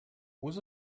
was